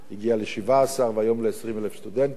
הגיעה ל-17,000, והיום ל-20,000 סטודנטים.